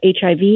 HIV